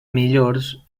millors